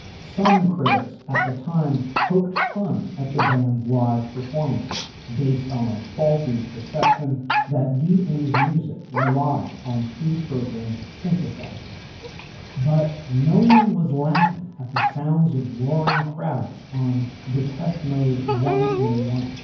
some critics at the time poked fun at the band's live performances based on a faulty perception that d m's music relied on pre-programmed synthesizers but no one was laughing at the sounds of roaring crowds on depeche mode one on ah one.